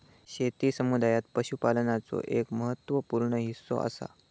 शेती समुदायात पशुपालनाचो एक महत्त्व पूर्ण हिस्सो असा